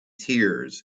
tears